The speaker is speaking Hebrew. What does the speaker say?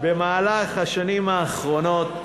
בשנים האחרונות